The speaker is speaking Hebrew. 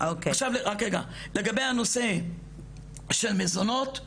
עכשיו לגבי הנושא של מזונות,